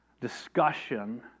discussion